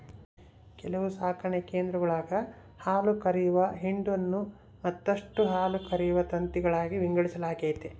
ಕೆಲವು ಸಾಕಣೆ ಕೇಂದ್ರಗುಳಾಗ ಹಾಲುಕರೆಯುವ ಹಿಂಡನ್ನು ಮತ್ತಷ್ಟು ಹಾಲುಕರೆಯುವ ತಂತಿಗಳಾಗಿ ವಿಂಗಡಿಸಲಾಗೆತೆ